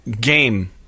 game